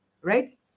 right